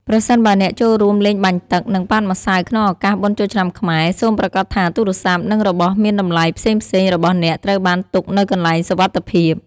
ប្រសិនបើអ្នកចូលរួមលេងបាញ់ទឹក និងប៉ាតម្សៅក្នុងឱកាសបុណ្យចូលឆ្នាំខ្មែរ សូមប្រាកដថាទូរស័ព្ទ និងរបស់មានតម្លៃផ្សេងៗរបស់អ្នកត្រូវបានទុកនៅកន្លែងសុវត្ថិភាព។